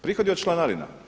Prihodi od članarina.